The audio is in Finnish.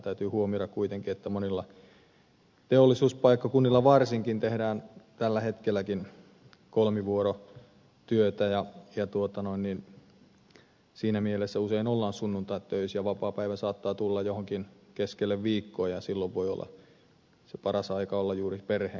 täytyy huomioida kuitenkin että monilla teollisuuspaikkakunnilla varsinkin tehdään tällä hetkelläkin kolmivuorotyötä ja siinä mielessä ollaan usein sunnuntait töissä ja vapaapäivä saattaa tulla johonkin keskelle viikkoa ja silloin voi olla juuri se paras aika olla perheen kanssa